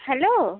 hello